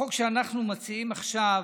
בחוק שאנחנו מציעים עכשיו,